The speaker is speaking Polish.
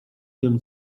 wiem